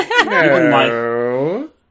No